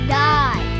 die